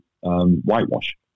whitewash